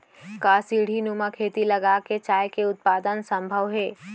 का सीढ़ीनुमा खेती लगा के चाय के उत्पादन सम्भव हे?